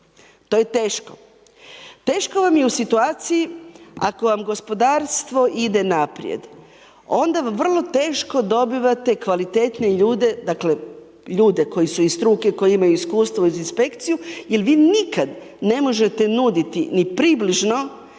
To je teško. Teško vam je u situaciji ako vam gospodarstvo ide naprijed, onda vrlo teško dobivate kvalitetne ljude, dakle ljude koji su iz struke, koji imaju iskustvo uz inspekciju jer vi nikad ne možete nuditi ni približno